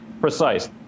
precise